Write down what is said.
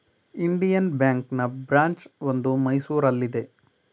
Indian ಬ್ಯಾಂಕ್ನ branch ಒಂದು ಮೈಸೂರಲ್ಲಿದೆ